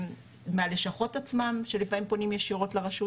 מהלשכות עצמם שלפעמים פונים ישירות לרשות